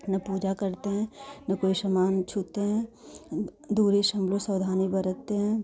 न पूजा करते हैं न कोई सामान छूटे हैं दुरे से हम लोग सावधानी बरतते हैं